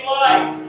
life